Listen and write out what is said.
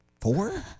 Four